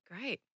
Great